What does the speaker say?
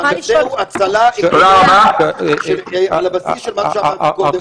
הנושא הוא הצלה אקולוגית על הבסיס של מה שאמרתי קודם,